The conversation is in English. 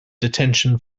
detention